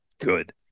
good